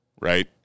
Right